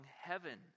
heaven